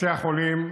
בתי החולים עמוסים,